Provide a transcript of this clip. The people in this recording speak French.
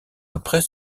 après